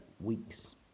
week's